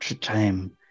time